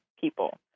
people